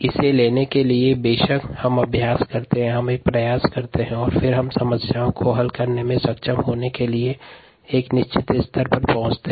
इसे प्राप्त करने के लिए बेशक हम अभ्यास करते हैं प्रयास करते हैं और फिर हम समस्याओं को हल करने में सक्षम होने के लिए एक निश्चित स्तर पर पहुंचते हैं